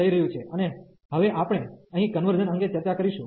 અને હવે આપણે અહીં કન્વર્ઝન અંગે ચર્ચા કરીશું